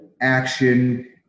action